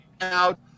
out